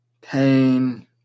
pain